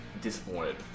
disappointed